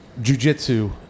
jujitsu